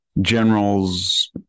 generals